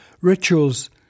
Rituals